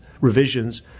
revisions